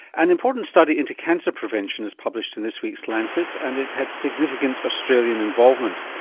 an important study into cancer prevention is published in this week's lancet and it had significant australian involvement.